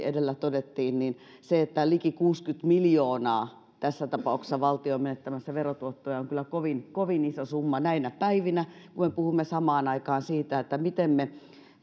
edellä todettiin se että liki kuusikymmentä miljoonaa on tässä tapauksessa valtio menettämässä verotuottoja on kyllä kovin kovin iso summa näinä päivinä kun me puhumme samaan aikaan siitä miten me